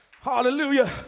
hallelujah